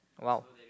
!wow!